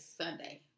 Sunday